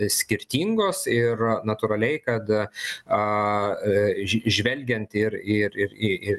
skirtingos ir natūraliai kad žvelgiant ir į